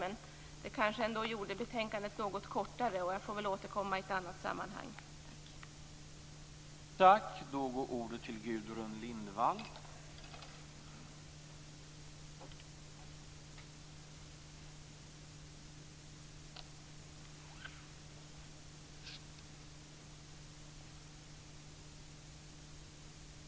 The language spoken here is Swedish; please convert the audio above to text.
Men det kanske ändå gjorde betänkandet något kortare, och jag får väl återkomma i ett annat sammanhang. Tack!